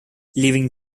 leaving